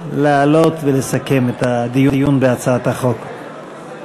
לעלות ולסכם את הדיון בהצעת החוק.